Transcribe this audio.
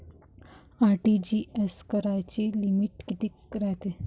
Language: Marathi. आर.टी.जी.एस कराची लिमिट कितीक रायते?